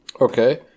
Okay